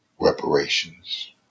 reparations